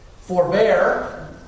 Forbear